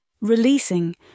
releasing